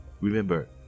Remember